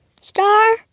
star